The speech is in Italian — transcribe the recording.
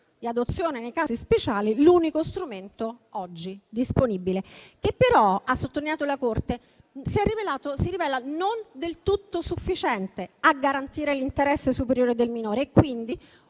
di adozione nei casi speciali, l'unico strumento oggi disponibile. Tale strumento - ha sottolineato la Corte - si rivela non del tutto sufficiente a garantire l'interesse superiore del minore. Quindi,